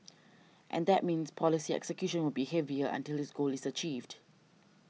and that means policy execution will be heavier until his goal is achieved